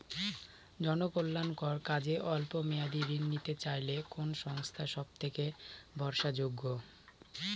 জনকল্যাণকর কাজে অল্প মেয়াদী ঋণ নিতে চাইলে কোন সংস্থা সবথেকে ভরসাযোগ্য?